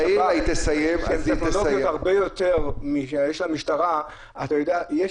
שטכנולוגית הם הרבה יותר ממה שיש למשטרה --- היא תסיים.